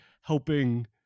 helping